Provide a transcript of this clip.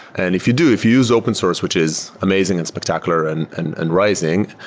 and if you do, if you use open source, which is amazing and spectacular and and and rising,